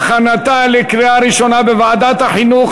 לדיון מוקדם בוועדת החינוך,